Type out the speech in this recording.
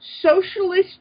socialist